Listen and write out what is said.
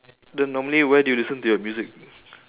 then normally where do you listen to your music